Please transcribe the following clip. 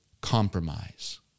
compromise